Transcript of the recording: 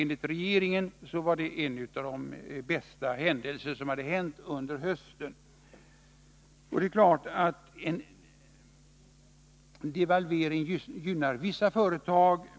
Enligt regeringen var det en av de bästa händelserna under hösten. Det är klart att en devalvering gynnar vissa företag.